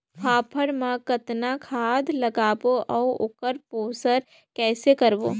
फाफण मा कतना खाद लगाबो अउ ओकर पोषण कइसे करबो?